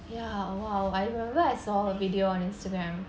ya !wow! I remember I saw a video on instagram